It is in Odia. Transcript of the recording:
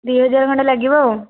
ଦୁଇ ହଜାର ଖଣ୍ଡେ ଲାଗିବ ଆଉ